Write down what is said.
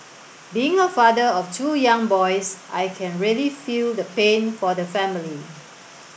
being a father of two young boys I can really feel the pain for the family